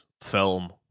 film